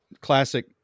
classic